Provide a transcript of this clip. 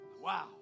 Wow